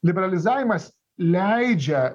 liberalizavimas leidžia